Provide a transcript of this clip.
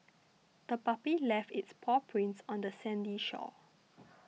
the puppy left its paw prints on the sandy shore